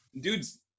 dude's